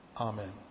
Amen